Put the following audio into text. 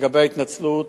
לגבי ההתנצלות,